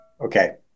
Okay